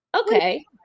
okay